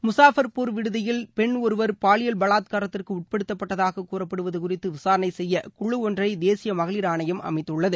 முஷாஃபர்பூர் விடுதியில் முன்பு தங்கியிருந்த பெண் ஒருவர் பாலியல் பவாத்காரத்திற்கு உட்படுத்தப்பட்டதாக கூறப்படுவது குறித்து விசாரணை செய்ய குழு ஒன்றை தேசிய மகளிர் ஆணையம் அமைத்துள்ளது